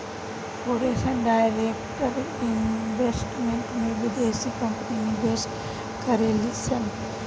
foreign direct investment में बिदेसी company निवेश करेलिसन